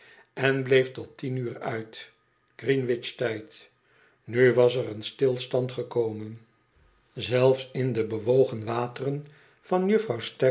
en bleef tot tien uur uit gr e e n w i c h tijd nu was er een stilstand gekomen zelfs in de bewogen wateren van juffrouw